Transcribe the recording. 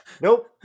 Nope